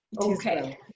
okay